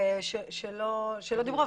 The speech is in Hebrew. שלא דיברו,